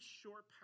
short